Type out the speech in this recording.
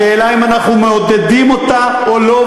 השאלה היא אם אנחנו מעודדים אותה או לא,